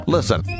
Listen